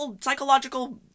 psychological